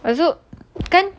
I also kan